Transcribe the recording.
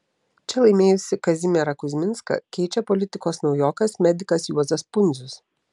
čia laimėjusį kazimierą kuzminską keičia politikos naujokas medikas juozas pundzius